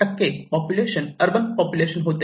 7 population urban population होते